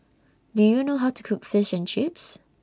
Do YOU know How to Cook Fish and Chips